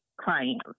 clients